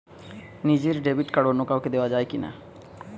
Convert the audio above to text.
নিজের debit card অন্য কাউকে দেওয়া যায় কি না?